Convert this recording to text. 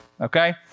okay